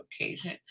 occasion